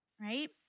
right